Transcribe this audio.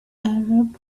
arab